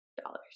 dollars